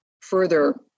further